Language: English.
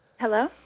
Hello